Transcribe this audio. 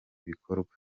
bikorwa